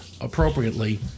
appropriately